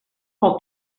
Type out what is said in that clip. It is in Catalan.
del